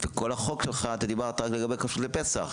בכל החוק שלך אתה דיברת לגבי כשרות לפסח,